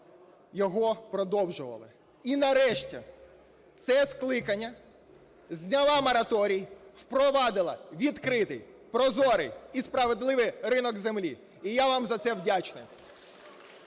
його продовжували, і, нарешті, це скликання зняло мораторій, впровадило відкритий прозорий і справедливий ринок землі. І я вам за це вдячний.